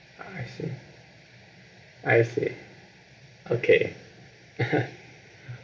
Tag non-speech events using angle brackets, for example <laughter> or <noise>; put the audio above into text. oh I see I see okay <laughs>